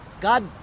god